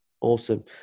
Awesome